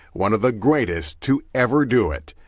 one of the greatest to ever do it.